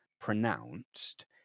pronounced